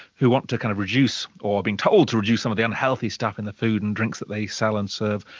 who want to kind of reduce, or being told to reduce, some of the unhealthy stuff in the food and drinks that they sell and serve.